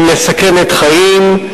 היא מסכנת חיים,